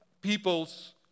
people's